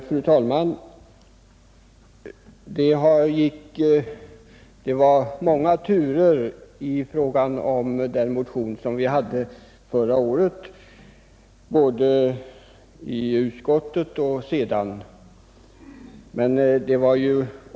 Fru talman! Det var många turer i fråga om vår motion förra året både i utskottet och i kamrarna.